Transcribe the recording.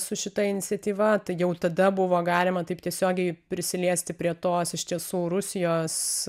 su šita iniciatyva tai jau tada buvo galima taip tiesiogiai prisiliesti prie tos iš tiesų rusijos